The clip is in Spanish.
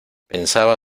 pensaba